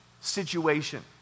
situation